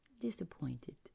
disappointed